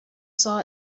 saw